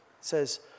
says